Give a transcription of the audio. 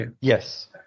Yes